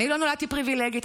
אני לא נולדתי פריבילגית,